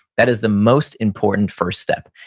that is the most important first step.